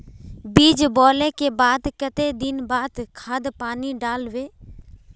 बीज बोले के बाद केते दिन बाद खाद पानी दाल वे?